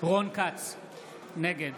נגד